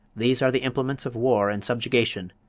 these are the implements of war and subjugation,